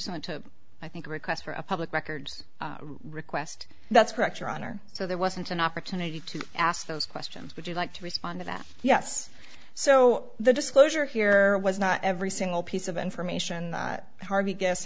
t to i think requests for a public records request that's correct your honor so there wasn't an opportunity to ask those questions would you like to respond to that yes so the disclosure here was not every single piece of information hard to guess